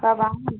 कब आएँ